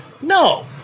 No